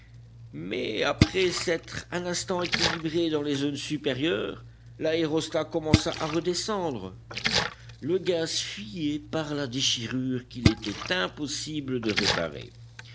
mais après s'être un instant équilibré dans les zones supérieures l'aérostat commença à redescendre le gaz fuyait par la déchirure qu'il était impossible de réparer